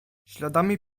śladami